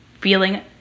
feeling